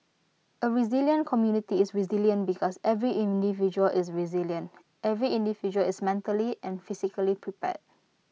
A resilient community is resilient because every individual is resilient every individual is mentally and physically prepared